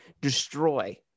destroy